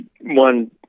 one